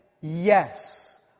yes